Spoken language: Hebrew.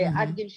עד גיל 70,